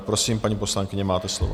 Prosím, paní poslankyně, máte slovo.